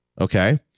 okay